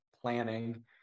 planning